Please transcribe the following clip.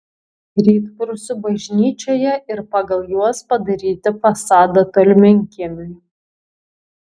rytprūsių bažnyčioje ir pagal juos padaryti fasadą tolminkiemiui